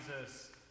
Jesus